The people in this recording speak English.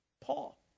Paul